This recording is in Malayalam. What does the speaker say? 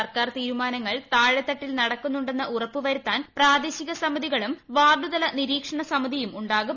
സ്ർക്കാർ തീരുമാനങ്ങൾ താഴെതട്ടിൽ നടക്കുന്നുണ്ടെന്ന്ട് ഉൾപ്പ് വരുത്താൻ പ്രാദേശിക സമിതികളും വാർഡുതല നിരീക്ഷണ സമിതിയും ഉണ്ടാകും